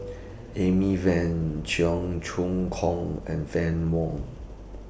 Amy Van Cheong Choong Kong and Fann Wong